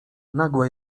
nagłe